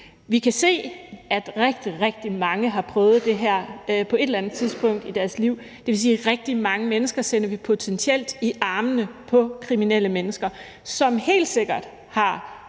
Vi kan se, at rigtig, rigtig mange har prøvet det her på et eller andet tidspunkt i deres liv. Det vil sige, at vi potentielt sender rigtig mange mennesker i armene på kriminelle mennesker, som helt sikkert